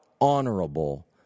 honorable